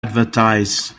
advertise